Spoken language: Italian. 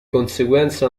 conseguenza